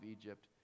Egypt